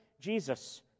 Jesus